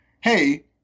hey